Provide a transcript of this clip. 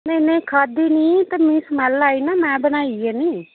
नेईं नेईं खाद्दी नी ते मि स्मैल्ल आई ना मैं बनाई गै नी